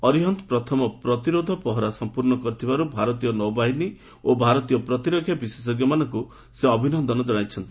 ଅରିହନ୍ତ ପ୍ରଥମ ପ୍ରତିରୋଧ ପହରା ସମ୍ପର୍ଷ୍ଣ କରିଥିବାରୁ ଭାରତୀୟ ନୌବାହିନୀ ଓ ଭାରତୀୟ ପ୍ରତିରକ୍ଷା ବିଶେଷଜ୍ଞମାନଙ୍କୁ ସେ ଅଭିନନ୍ଦନ ଜଣାଇଛନ୍ତି